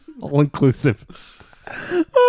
All-inclusive